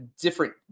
different